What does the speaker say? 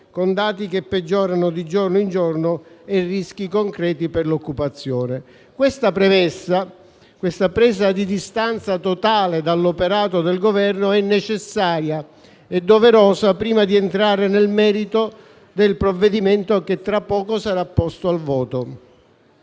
con dati che peggiorano di giorno in giorno e rischi concreti per l'occupazione. Questa premessa, questa presa di distanza totale dall'operato del Governo è necessaria e doverosa prima di entrare nel merito del provvedimento che, tra poco, sarà posto al voto.